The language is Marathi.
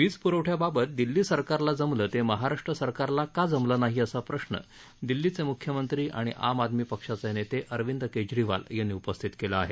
वीज पुरवठ्याबाबत दिल्ली सरकारला जमलं ते महाराष्ट्र सरकारला का जमलं नाही असा प्रश्र दिल्लीचे मुख्यमंत्री आणि आम आदमी पक्षाचे नेते अरविंद केजरीवाल यांनी उपस्थित केला आहे